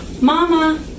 Mama